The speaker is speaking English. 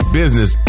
business